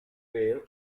vale